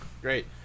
great